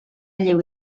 lleu